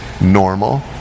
normal